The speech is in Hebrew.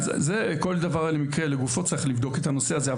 כל מקרה לגופו, צריך לבדוק את הנושא הזה.